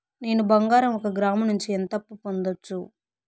నేను బంగారం ఒక గ్రాము నుంచి ఎంత అప్పు పొందొచ్చు